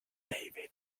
david